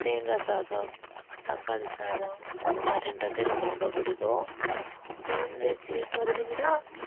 தேங்காய் சாதம் தக்காளி சாதம் அந்த மாதிரின்றது எனக்கு ரொம்ப பிடிக்கும் நான்வெஜ்ஜி பார்த்தீங்கன்னா